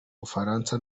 bufaransa